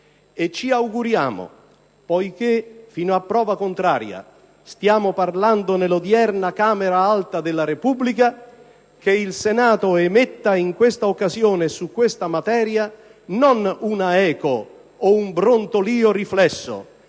Ci auguriamo, poiché - fino a prova contraria - stiamo parlando nell'odierna Camera Alta della Repubblica, che il Senato emetta in questa occasione e su questa materia non una eco o un brontolio riflesso,